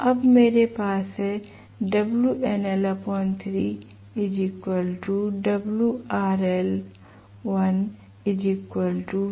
अब मेरे पास है